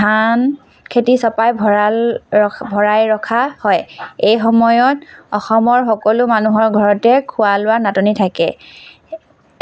ধান খেতি চপাই ভঁৰাল ভৰাই ৰখা হয় এই সময়ত অসমৰ সকলো মানুহৰ ঘৰতে খোৱা লোৱাৰ নাটনি থাকে